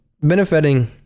benefiting